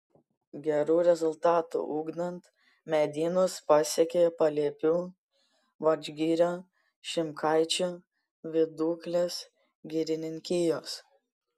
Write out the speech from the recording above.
gerų rezultatų ugdant medynus pasiekė paliepių vadžgirio šimkaičių viduklės girininkijos